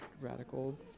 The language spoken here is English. radical